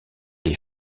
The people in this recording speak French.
les